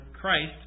Christ